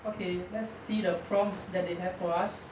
okay let's see the prompts that they have for us